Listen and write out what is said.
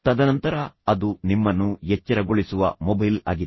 ತದನಂತರ ಅದು ನಿಮ್ಮನ್ನು ಎಚ್ಚರಗೊಳಿಸುವ ಮೊಬೈಲ್ ಆಗಿದೆ